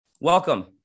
welcome